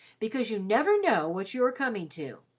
because you never know what you are coming to.